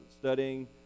studying